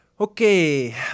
Okay